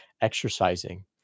exercising